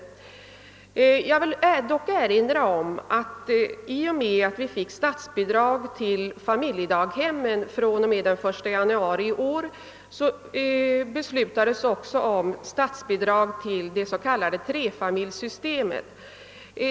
Men jag vill erinra om att samtidigt som vi fick statsbidrag till familjedaghem fr.o.m. den 1 januari i år beslutades också om statsbidrag till det s.k. trefamiljssystemet.